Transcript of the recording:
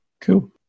cool